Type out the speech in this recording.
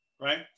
right